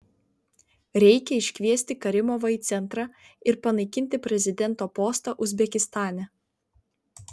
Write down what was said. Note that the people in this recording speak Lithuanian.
reikia iškviesti karimovą į centrą ir panaikinti prezidento postą uzbekistane